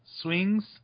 swings